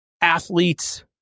athletes